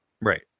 Right